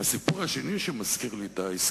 חצי עבודה, שר חוץ שעלול לעמוד בפני תביעה פלילית,